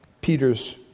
Peter's